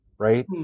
Right